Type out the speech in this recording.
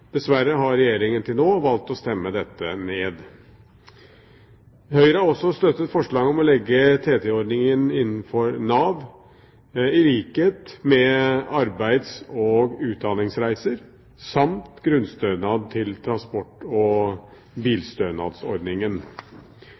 Dessverre har Regjeringen til nå valgt å stemme dette ned. Høyre har også støttet forslaget om å legge TT-ordningen innenfor Nav i likhet med arbeids- og utdanningsreiser samt grunnstønad til transport- og bilstønadsordningen.